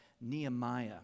nehemiah